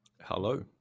Hello